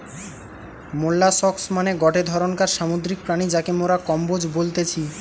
molluscs মানে গটে ধরণকার সামুদ্রিক প্রাণী যাকে মোরা কম্বোজ বলতেছি